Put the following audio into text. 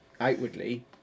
outwardly